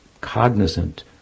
cognizant